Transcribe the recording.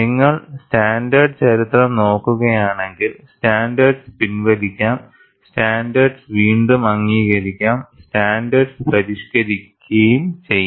നിങ്ങൾ സ്റ്റാൻഡേർഡ് ചരിത്രം നോക്കുകയാണെങ്കിൽ സ്റ്റാൻഡേർഡ്സ് പിൻവലിക്കാം സ്റ്റാൻഡേർഡ്സ് വീണ്ടും അംഗീകരിക്കാം സ്റ്റാൻഡേർഡ്സ് പരിഷ്ക്കരിക്കും ചെയ്യാം